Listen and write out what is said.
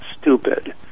stupid